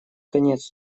конец